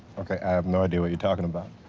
okay, i have no idea what you're talking about.